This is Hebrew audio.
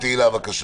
תהלה, בבקשה.